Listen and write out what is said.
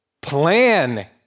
plan